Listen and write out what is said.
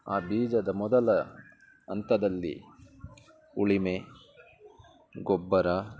ಆ ಬೀಜದ ಮೊದಲ ಹಂತದಲ್ಲಿ ಉಳುಮೆ ಗೊಬ್ಬರ